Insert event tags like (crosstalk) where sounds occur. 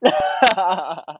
(laughs)